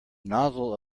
nozzle